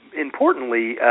importantly